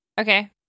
Okay